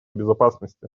безопасности